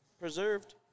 preserved